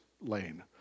lane